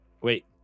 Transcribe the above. Wait